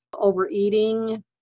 overeating